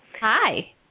Hi